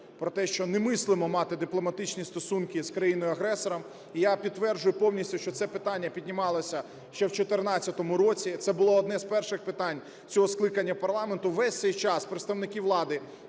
про те, що немислимо мати дипломатичні стосунки з країною-агресором. І я підтверджую повністю, що це питання піднімалося ще в 14-му році, це було одне із перших питань цього скликання парламенту. Весь цей час представники влади